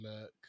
look